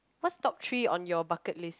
what's top three on your bucket list